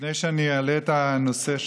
לפני שאני אעלה את הנושא,